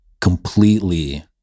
completely